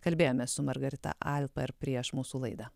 kalbėjomės su margarita alper prieš mūsų laidą